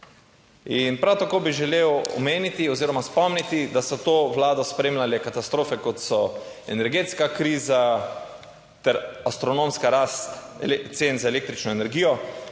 In prav tako bi želel omeniti oziroma spomniti, da so to vlado spremljale katastrofe, kot so energetska kriza ter astronomska rast cen za električno energijo,